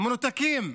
מנותקים.